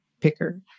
picker